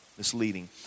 misleading